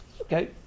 Okay